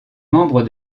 membre